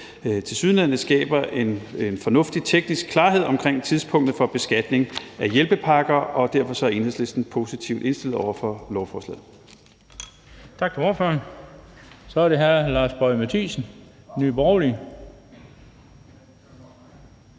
tilsyneladende skaber en fornuftig teknisk klarhed omkring tidspunktet for beskatning af hjælpepakker, og derfor er Enhedslisten positivt indstillet over for lovforslaget.